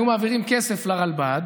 היו מעבירים כסף לרלב"ד,